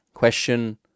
question